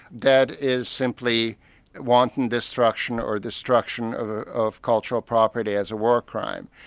that is simply wanton destruction or destruction of ah of cultural property as a war crime.